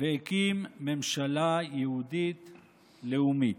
והקים ממשלה יהודית לאומית.